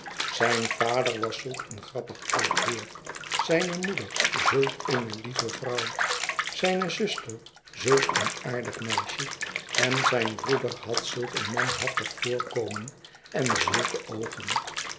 zijn vader was zulk een grappig oud heer zijne moeder zulk eene lie ve vrouw zijne zuster zulk een aardig meisje en zijn broeder had zulk een manhaftig voorkomen en zulke oogen